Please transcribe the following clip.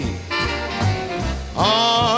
on